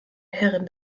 herrin